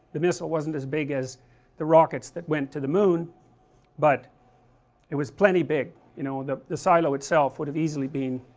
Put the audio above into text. the missile wasn't as big as the rockets that went to the moon but but it was plenty big you know the the silo itself would have easily been